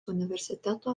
universiteto